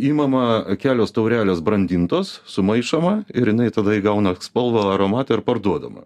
imama kelios taurelės brandintos sumaišoma ir jinai tada įgauna spalvą aromatą ir parduodama